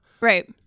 Right